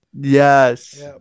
Yes